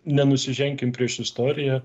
nenusiženkim prieš istoriją